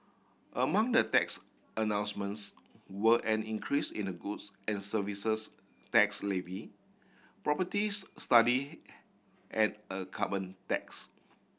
among the tax announcements were an increase in the goods and Services Tax levy properties study and a carbon tax